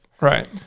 right